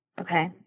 Okay